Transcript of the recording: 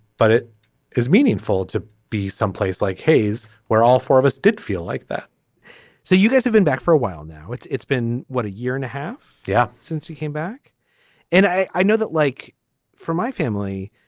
but it is meaningful to be someplace like hayes where all four of us did feel like that so you guys have been back for a while now. it's it's been what a year and a half. yeah since he came back and i know that like for my family.